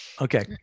okay